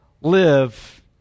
live